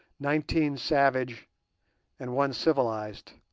nineteen savage and one civilized,